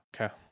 Okay